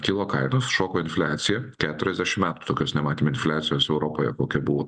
kilo kainos šoko infliacija keturiasdešim metų tokios nematėm infliacijos europoje kokia buvo